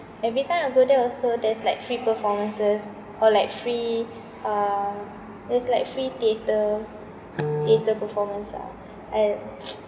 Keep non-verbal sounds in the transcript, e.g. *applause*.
every time I go there also there's like free performances or like free uh there's like free theatre theatre performance ah and *noise*